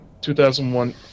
2001